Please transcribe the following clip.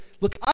look